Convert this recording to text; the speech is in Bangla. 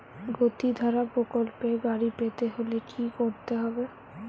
গতিধারা প্রকল্পে গাড়ি পেতে হলে কি করতে হবে?